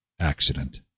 accident